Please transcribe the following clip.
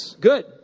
Good